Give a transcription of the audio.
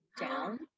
down